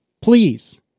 please